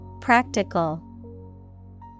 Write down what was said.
Practical